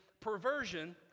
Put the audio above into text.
perversion